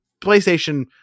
PlayStation